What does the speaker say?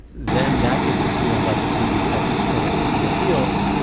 then that gets appealed up to the texas court of criminal appeals